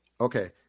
Okay